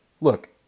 Look